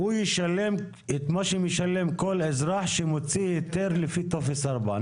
הוא ישלם את מה שמשלם כל אזרח שמוציא היתר לפי טופס 4,